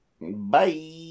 Bye